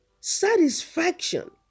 satisfaction